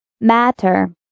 Matter